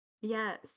Yes